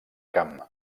camp